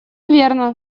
верно